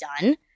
done